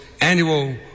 annual